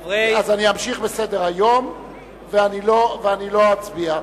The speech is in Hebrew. אז אני אמשיך בסדר-היום ולא אצביע.